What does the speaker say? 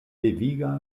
deviga